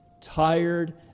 tired